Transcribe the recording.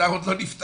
האתר עוד לא נפתח,